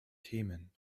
themen